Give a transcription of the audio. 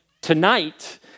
tonight